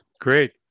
Great